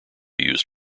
used